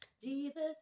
Jesus